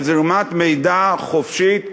על זרימת מידע חופשית,